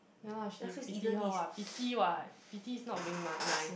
ya lah she pity her [what] pity [what] pity is not being ma~ nice